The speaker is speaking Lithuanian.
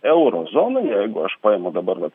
euro zona jeigu aš paimu dabar vat